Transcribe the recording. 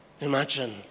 Imagine